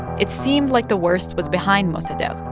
it seemed like the worst was behind mossadegh.